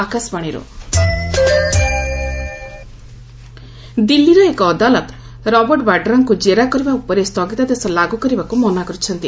Vadra court ଦିଲ୍ଲୀର ଏକ ଅଦାଲତ ରବର୍ଟ ବାଡ୍ରାଙ୍କୁ ଜେରା କରିବା ଉପରେ ସ୍ଥଗିତାଦେଶ ଲାଗୁ କରିବାକୁ ମନା କରିଛନ୍ତି